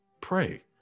Pray